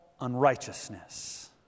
unrighteousness